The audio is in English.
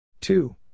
Two